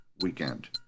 weekend